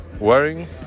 wearing